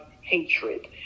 hatred